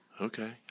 okay